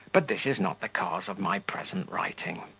but this is not the cause of my present writing.